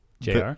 Jr